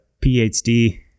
PhD